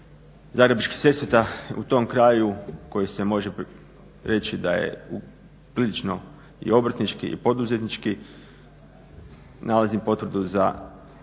zagrebačkih Sesveta. U tom kraju za koji se može reći da je prilično i obrtnički i poduzetnički nalazim potvrdu za tvrdnju